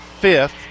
fifth